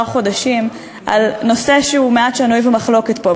חודשים על נושא שהוא מעט שנוי במחלוקת פה,